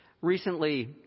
Recently